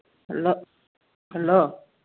hello hello